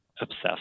obsessed